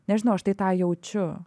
nežinau aš tai tą jaučiu